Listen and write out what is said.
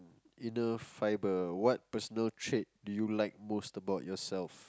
inner fiber what personal trade do you like most about youself